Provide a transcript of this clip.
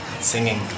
singing